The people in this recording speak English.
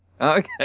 Okay